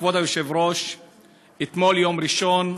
כבוד היושב-ראש, אתמול, יום ראשון,